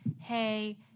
hey